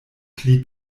pli